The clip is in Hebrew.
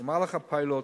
במהלך הפיילוט